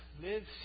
lives